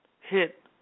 hit